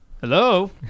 Hello